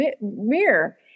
mirror